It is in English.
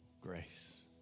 grace